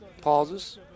pauses